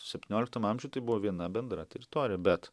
septynioliktam amžiuj tai buvo viena bendra teritorija bet